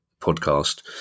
podcast